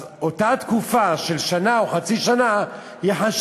אז אותה תקופה של שנה או חצי שנה תיחשב